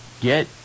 get